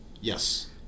yes